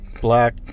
black